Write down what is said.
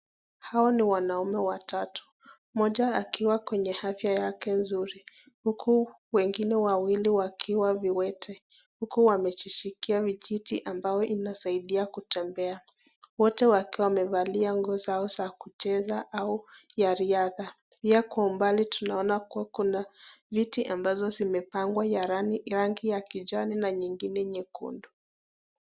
Hawa ni wanaume watatu, mmoja akiwa kwenye afya yake nzuri huku wengine wawili wakiwa viwete. Huku wamejishikia vijiti ambayo inasaidia kutembea. Wote wakiwa wamevalia nguo zao za kucheza au ya riadha. Pia kwa umbali tunaona kuwa kuna viti ambayo zimepangwa ya rangi ya kijani na nyigine nyekundu.